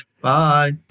Bye